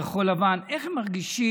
מכחול לבן, איך הם מרגישים